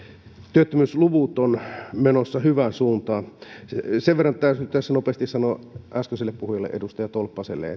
työttömyysluvut ovat menossa hyvään suuntaan sen verran täytyy tässä nopeasti sanoa äskeiselle puhujalle edustaja tolppaselle